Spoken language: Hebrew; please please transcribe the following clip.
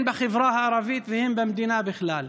הן בחברה הערבית והן במדינה בכלל.